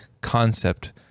concept